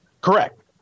Correct